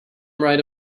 right